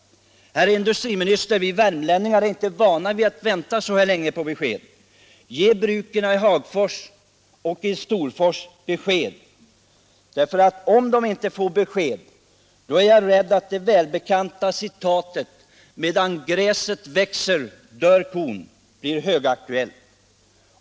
Herr industriminister! Vi värmlänningar är inte vana vid att vänta så här länge på besked. Ge bruken i Hagfors och Storfors besked! Om de inte får sådana, är jag rädd att det välbekanta ordspråket ”medan gräset gror, dör kon” kan bli tillämpligt.